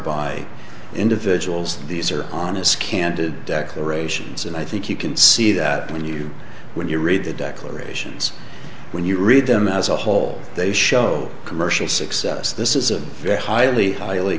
by individuals these are honest candid declarations and i think you can see that when you when you read the declarations when you read them as a whole they show commercial success this is a very highly highly